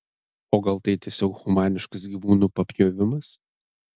o gal tai tiesiog humaniškas gyvūnų papjovimas